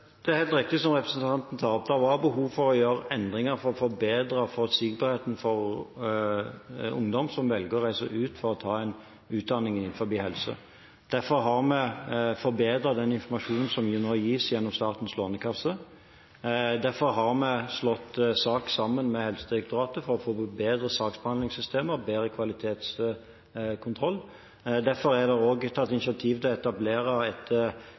Det er helt riktig, det som representanten tar opp: Det var behov for å gjøre endringer for å forbedre forutsigbarheten for ungdom som velger å reise ut for å ta en utdanning innen helse. Derfor har vi forbedret den informasjonen som nå gis gjennom Statens lånekasse, derfor har vi slått saken sammen med Helsedirektoratet for å få bedre saksbehandlingssystemer og bedre kvalitetskontroll, og derfor er det også tatt initiativ til å etablere et